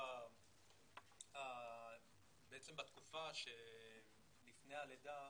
בעצם בתקופה שלפני הלידה,